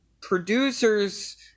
producers